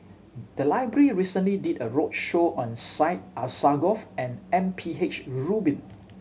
the library recently did a roadshow on Syed Alsagoff and M P H Rubin